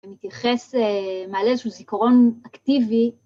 אני מתייחס מעלה של זיכרון אקטיבי,